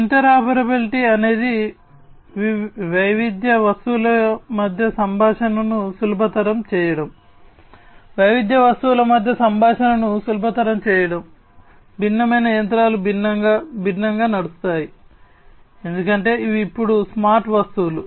interoperability అనేది వైవిధ్య వస్తువుల మధ్య సంభాషణను సులభతరం చేయడం భిన్నమైన యంత్రాలు భిన్నంగా నడుస్తాయి ఎందుకంటే ఇవి ఇప్పుడు స్మార్ట్ వస్తువులు